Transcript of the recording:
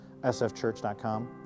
sfchurch.com